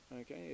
okay